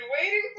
waiting